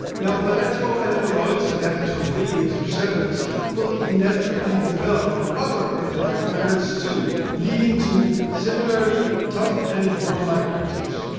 now, bilateral animaloids adapted for digging through sediments will inevitably develop on other earth-like planets too, leading to similarly tough and worm-like creatures.